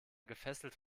gefesselt